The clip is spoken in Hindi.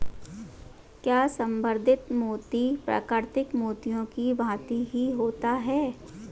क्या संवर्धित मोती प्राकृतिक मोतियों की भांति ही होता है?